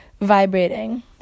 vibrating